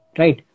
right